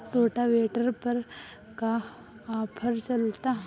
Rotavator पर का offer चलता?